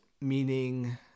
meaning